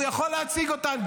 והוא יכול להציג אותן,